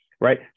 right